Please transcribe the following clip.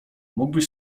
mógłbyś